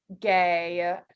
gay